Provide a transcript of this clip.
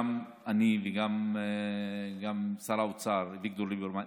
גם אני וגם שר האוצר אביגדור ליברמן,